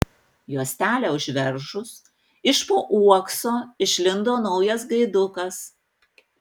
juostelę užveržus iš po uokso išlindo naujas gaidukas